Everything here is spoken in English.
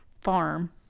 farm